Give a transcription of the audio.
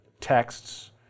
texts